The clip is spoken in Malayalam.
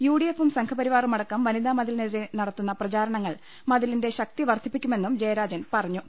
യു ഡി എഫും സംഘപരിവാറുമടക്കം വനിതാമതിലിനെതിരെ നടത്തുന്ന പ്രചാരണങ്ങൾ മതിലിന്റെ ശക്തി വർദ്ധിപ്പി ക്കുമെന്നും ജയരാജൻ പറഞ്ഞു